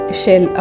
shell